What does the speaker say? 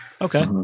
Okay